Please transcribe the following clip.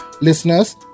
Listeners